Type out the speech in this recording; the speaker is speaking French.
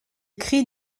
cri